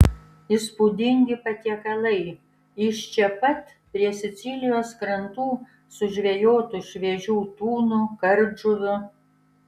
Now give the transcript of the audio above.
įspūdingi patiekalai iš čia pat prie sicilijos krantų sužvejotų šviežių tunų kardžuvių